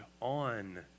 on